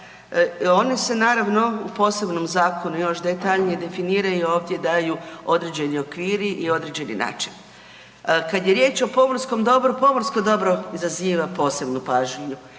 One se naravno u posebnom zakonu još detaljnije definiraju i ovdje daju određeni okviri i određeni način. Kad je riječ o pomorskom dobru, pomorsko dobro izaziva posebnu pažnju